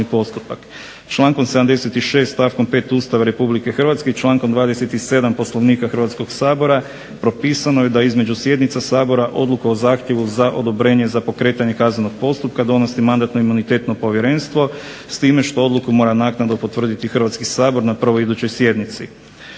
Člankom 76. stavkom 5. Ustava RH i člankom 27. Poslovnika Hrvatskog sabora propisano je da između sjednica Sabora odluku o zahtjevu za odobrenje za pokretanje kaznenog postupka donosi Mandatno-imunitetno povjerenstvo s time što odluku mora naknadno potvrditi Hrvatski sabor na prvoj idućoj sjednici.